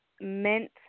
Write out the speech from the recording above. meant